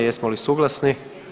Jesmo li suglasni?